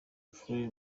trey